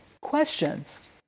Questions